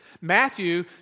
Matthew